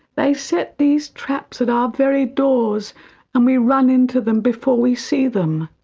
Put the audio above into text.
they set these traps at our very doors and we run into them before we see them.